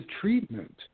treatment